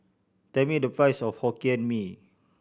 tell me the price of Hokkien Mee